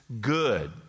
good